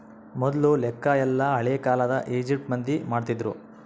ಮೊದ್ಲು ಲೆಕ್ಕ ಎಲ್ಲ ಹಳೇ ಕಾಲದ ಈಜಿಪ್ಟ್ ಮಂದಿ ಮಾಡ್ತಿದ್ರು